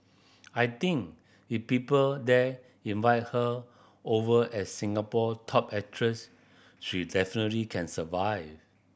I think if people there invited her over as Singapore top actress she definitely can survive